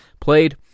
played